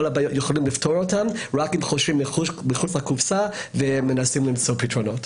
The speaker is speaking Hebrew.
יכולים לפתור את זה רק אם חושבים מחוץ לקופסה ומנסים למצוא פתרונות.